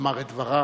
לומר את דברה.